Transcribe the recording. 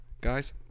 guys